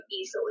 easily